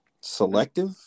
selective